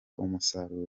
umusaruro